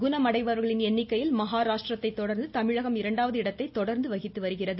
குணமடைபவர்களின் எண்ணிக்கையில் மகாராஷ்டிரத்தை தொடர்ந்து தமிழகம் இரண்டாவது இடத்தை தொடா்ந்து வகித்து வருகிறது